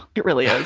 it really